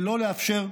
ולא לאפשר,